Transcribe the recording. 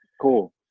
Cool